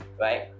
right